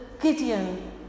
Gideon